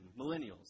millennials